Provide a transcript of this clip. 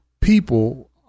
people